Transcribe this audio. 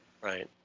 Right